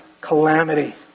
calamity